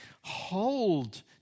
hold